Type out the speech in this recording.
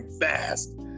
fast